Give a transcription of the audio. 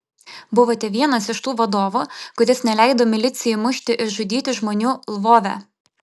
buvote vienas iš tų vadovų kuris neleido milicijai mušti ir žudyti žmonių lvove